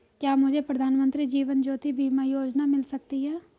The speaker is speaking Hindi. क्या मुझे प्रधानमंत्री जीवन ज्योति बीमा योजना मिल सकती है?